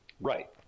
Right